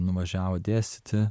nuvažiavo dėstyti